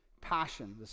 Passion